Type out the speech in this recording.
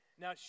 Now